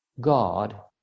God